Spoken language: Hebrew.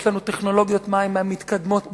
יש לנו טכנולוגיות מים מהמתקדמות בעולם,